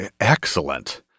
excellent